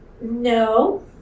No